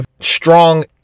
strong